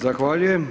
Zahvaljujem.